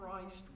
Christ